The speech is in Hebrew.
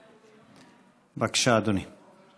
בבקשה, אדוני.